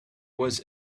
was